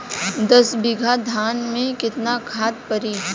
दस बिघा धान मे केतना खाद परी?